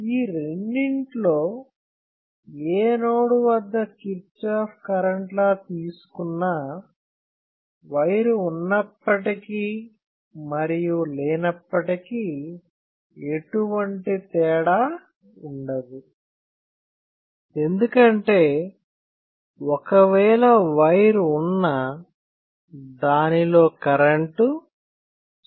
ఈ రెండిట్లో ఏ నోడు వద్ద కిర్చాఫ్ కరెంట్ లా తీసుకున్నా వైరు ఉన్నప్పటికీ మరియు లేనప్పటికీ ఎటువంటి తేడా ఉండదు ఎందుకంటే ఒక వేళ వైర్ ఉన్నా దానిలో కరెంటు 0